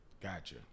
Gotcha